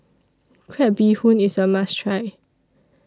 Crab Bee Hoon IS A must Try